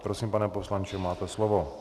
Prosím, pane poslanče, máte slovo.